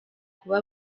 kuba